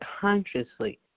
consciously